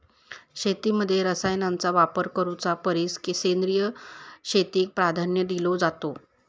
शेतीमध्ये रसायनांचा वापर करुच्या परिस सेंद्रिय शेतीक प्राधान्य दिलो जाता